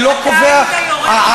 אתה היית יורה, ?